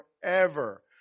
forever